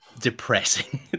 depressing